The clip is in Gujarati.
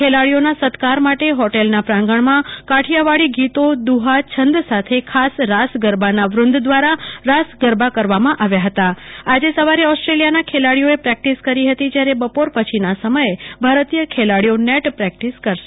ખેલાડી ઓનો સત્કારોમાટે ફોટલ નાં પ્રાગણ માં કાઠીયાવાડી ગીતો દુહ્હા છેદ સાથે ખાસ રાસગરબા નાં વેંદ દ્વારા રાસ ગરબા કરવામાં આવ્યા હતા આજે સવારે ઓસ્ટ્રેલિયા નાં ખેલાડી ઓ એ પ્રેક્ટીસ કરી હતી જયારે બપોર પછીના સમથે ભારતીય ખેલાડીઓ નેટ પ્રેક્ટીસ કરશે